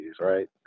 right